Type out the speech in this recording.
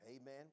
Amen